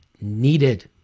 needed